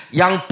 yang